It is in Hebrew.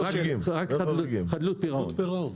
רק חדלות פירעון.